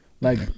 Like-